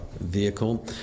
vehicle